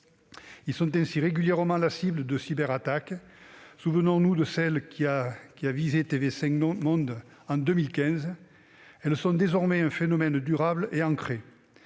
Ils sont ainsi régulièrement la cible de cyberattaques. Souvenons-nous de celle qui a visé TV5 Monde en 2015. Elles sont désormais un phénomène durable et ancré.